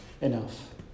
enough